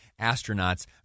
astronauts